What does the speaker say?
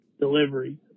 Delivery